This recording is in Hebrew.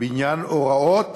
בעניין הוראות